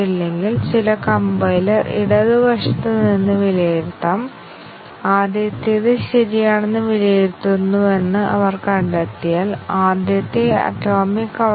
തീരുമാന കവറേജിൽ ഓരോ ബ്രാഞ്ച് വ്യവസ്ഥകളും സത്യവും തെറ്റായ മൂല്യങ്ങളും thatഹിക്കുന്ന തരത്തിലാണ് ടെസ്റ്റ് കേസുകൾ രൂപകൽപ്പന ചെയ്തിരിക്കുന്നത്